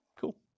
Cool